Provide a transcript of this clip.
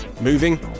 moving